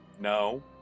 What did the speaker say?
No